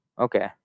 Okay